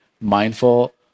mindful